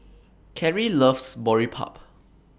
Carie loves Boribap